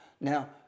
Now